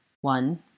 One